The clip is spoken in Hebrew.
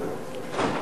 בסדר.